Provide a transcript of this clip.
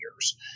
years